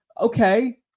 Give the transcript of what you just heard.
Okay